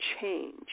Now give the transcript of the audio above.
change